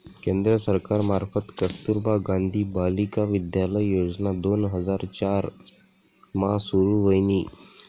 केंद्र सरकार मार्फत कस्तुरबा गांधी बालिका विद्यालय योजना दोन हजार चार मा सुरू व्हयनी